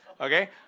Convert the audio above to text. okay